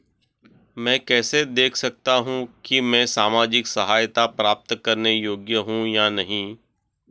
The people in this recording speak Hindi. मैं कैसे देख सकता हूं कि मैं सामाजिक सहायता प्राप्त करने योग्य हूं या नहीं?